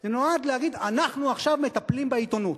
הוא נועד להגיד: אנחנו עכשיו מטפלים בעיתונות.